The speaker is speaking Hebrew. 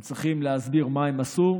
הם צריכים להסביר מה הם עשו,